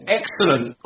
excellent